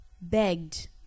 begged